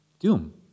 Doom